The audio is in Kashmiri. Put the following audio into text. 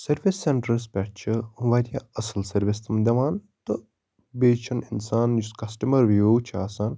سَروِس سینٹَرَس پٮ۪ٹھ چھِ واریاہ اصٕل سَروِس تِم دِوان تہٕ بیٚیہِ چھِنہٕ اِنسان یُس کَسٹَمَر وِیٚو چھِ آسان